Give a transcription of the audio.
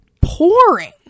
pouring